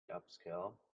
upscale